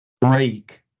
break